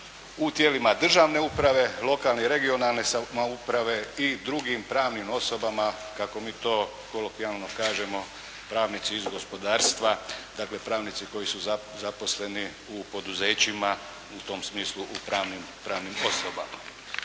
u tijelima državne uprave, lokalne i regionalne samouprave i drugim pravnim osobama kako mi to kolokvijalno kažemo, pravnici iz gospodarstva, dakle pravnici koji su zaposleni u poduzećima u tom smislu u pravnim osobama.